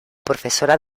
profesora